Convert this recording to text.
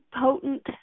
potent